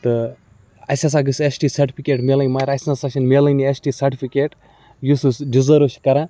تہٕ اَسہِ ہَسا گٔژھ ایس ٹی سٹفِکیٹ میلٕنۍ مگر اَسہِ نہ سا چھِنہٕ میلٲنی ایس ٹی سٹفِکیٹ یُس أسۍ ڈِزٔرٕو چھِ کَران